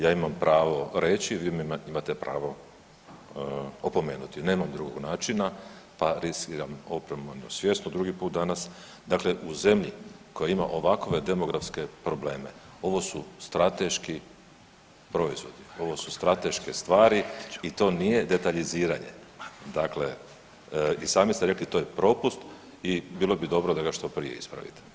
Ja imam pravo reći, vi me imate pravo opomenuti, nemam drugog načina, pa riskiram opomenu svjesno drugi put danas, dakle u zemlji koja ima ovakove demografske probleme, ovo su strateški proizvodi, ovo su strateške stvari i to nije detaljiziranje, dakle i sami ste rekli, to je propust i bilo bi dobro da ga što prije ispravite.